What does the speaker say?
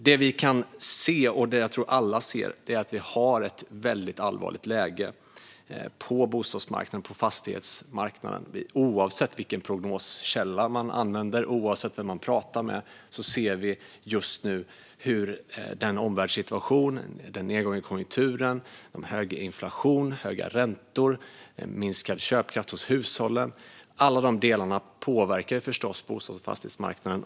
Det vi kan se - och det som jag tror att alla ser - är att vi har ett väldigt allvarligt läge på bostadsmarknaden och fastighetsmarknaden. Oavsett vilken prognoskälla vi använder eller vem vi pratar med ser vi just nu hur omvärldssituationen, nedgången i konjunkturen, den höga inflationen, de höga räntorna och den minskade köpkraften hos hushållen påverkar bostads och fastighetsmarknaden.